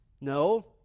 No